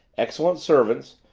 excellent servants,